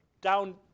down